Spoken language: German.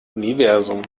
universum